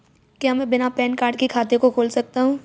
क्या मैं बिना पैन कार्ड के खाते को खोल सकता हूँ?